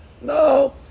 no